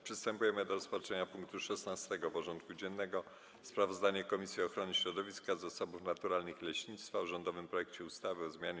Przystępujemy do rozpatrzenia punktu 16. porządku dziennego: Sprawozdanie Komisji Ochrony Środowiska, Zasobów Naturalnych i Leśnictwa o rządowym projekcie ustawy o zmianie